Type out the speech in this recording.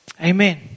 Amen